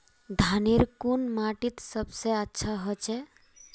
धानेर कुन माटित सबसे अच्छा होचे?